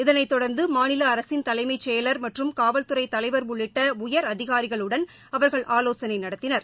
இதனைதொடர்ந்துமாநிலஅரசின் தலைமைசெயலர் மற்றும் காவல்துறைதலைவர் உள்ளிட்ட உயர் அதிகரிகளுடன் அவர்கள் ஆலோசனைநடத்தினர்